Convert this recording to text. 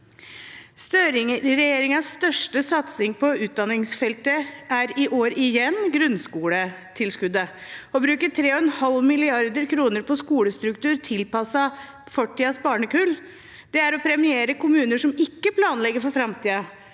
Støre-regjeringens største satsing på utdanningsfeltet er i år igjen grunnskoletilskuddet. Å bruke 3,5 mrd. kr på en skolestruktur tilpasset fortidas barnekull er å premiere kommuner som ikke planlegger for framtiden,